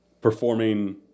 performing